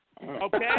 Okay